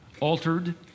altered